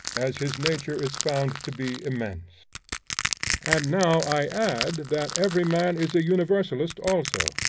as his nature is found to be immense and now i add that every man is a universalist also,